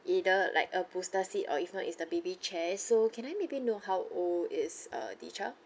either like a booster seat or if not it's the baby chair so can I maybe know how old is uh the child